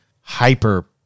hyper